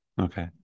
Okay